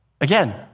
Again